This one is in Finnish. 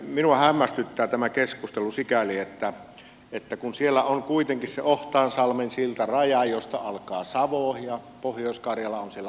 minua hämmästyttää tämä keskustelu sikäli että kun siellä on kuitenkin se ohtaansalmen silta raja josta alkaa savo ja pohjois karjala on siellä omalla alueellaan